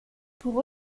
pour